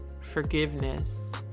forgiveness